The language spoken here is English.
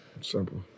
Simple